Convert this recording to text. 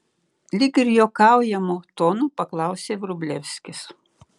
lyg ir juokaujamu tonu paklausė vrublevskis